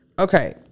Okay